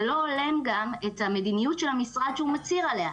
גם לא הולם את המדיניות של המשרד שהוא מצהיר עליה,